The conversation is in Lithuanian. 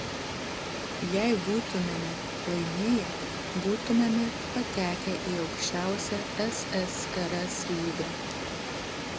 jei būtumėme laimėję būtumėme patekę į aukščiausią ssrs lygą